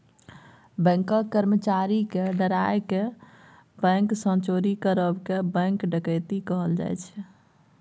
बैंकक कर्मचारी केँ डराए केँ बैंक सँ चोरी करब केँ बैंक डकैती कहल जाइ छै